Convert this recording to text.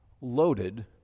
loaded